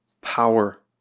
power